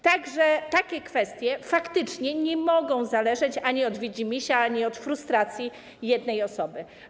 Takie kwestie faktycznie nie mogą zależeć ani od widzimisię, ani od frustracji jednej osoby.